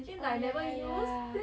orh ya ya ya